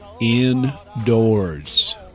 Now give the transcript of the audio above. indoors